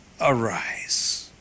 arise